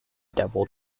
devil